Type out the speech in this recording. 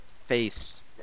...face